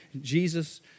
Jesus